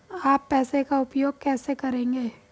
आप पैसे का उपयोग कैसे करेंगे?